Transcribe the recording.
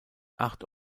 acht